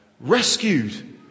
rescued